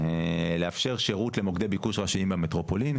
לאפשר שירות למוקדי ביקוש ראשיים במטרופולין,